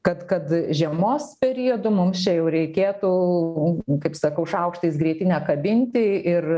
kad kad žiemos periodu mums čia jau reikėtų kaip sakau šaukštais grietinę kabinti ir